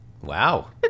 Wow